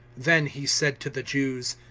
then he said to the jews,